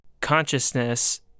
consciousness